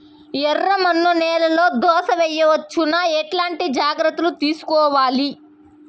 ఎర్రమన్ను నేలలో దోస వేయవచ్చునా? ఎట్లాంటి జాగ్రత్త లు తీసుకోవాలి?